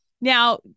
Now